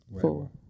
four